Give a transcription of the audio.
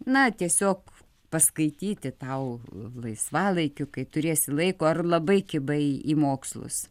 na tiesiog paskaityti tau laisvalaikiu kai turėsi laiko ar labai kibai į mokslus